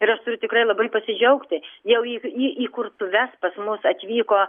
ir aš turiu tikrai labai pasidžiaugti jau i į įkurtuvės pas mus atvyko